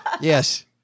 Yes